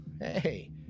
Hey